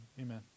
amen